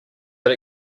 but